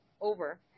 over